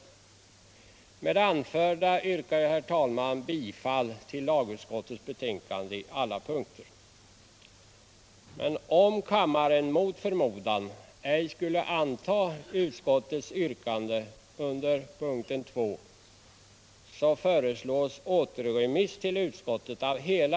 Med det anförda yrkar jag bifall till lagutskottets betänkande på alla